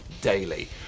daily